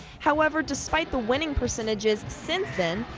however, despite the winning percentages since then,